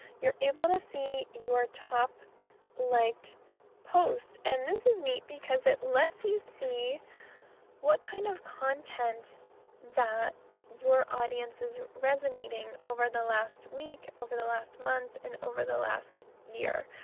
you're able to see your top liked post, and this is neat because it lets you see what kind of content that your audience is resonating over the last week, over the last month, and over the last year.